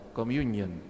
Communion